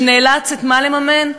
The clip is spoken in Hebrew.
שנאלץ את מה לממן?